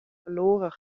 verloren